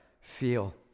feel